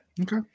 Okay